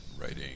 writing